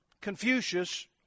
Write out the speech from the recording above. Confucius